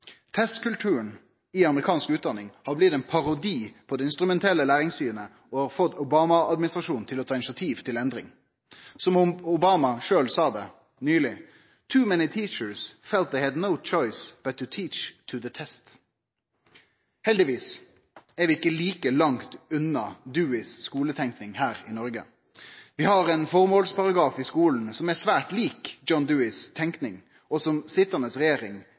Testkulturen i amerikansk utdanning har blitt ein parodi på det instrumentelle læringssynet, og har fått Obama-administrasjonen til å ta initiativ til endring. Som Obama sjølv sa det nyleg: «Too many teachers felt they had no choice but to teach to the test.» Heldigvis er vi ikkje like langt unna Deweys skuletenking her i Noreg. Vi har ein formålsparagraf i skulen som er svært lik John Deweys tenking, og som